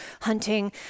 hunting